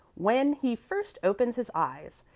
when he first opens his eyes,